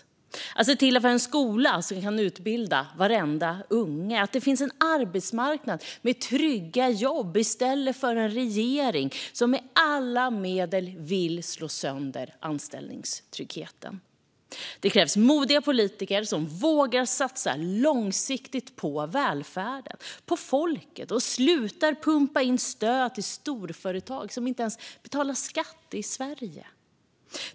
Vi behöver se till att vi har en skola som kan utbilda varenda unge och att det finns en arbetsmarknad med trygga jobb i stället för en regering som med alla medel vill slå sönder anställningstryggheten. Det krävs modiga politiker som vågar satsa långsiktigt på välfärden och på folket och slutar pumpa in stöd till storföretag som inte ens betalar skatt i Sverige.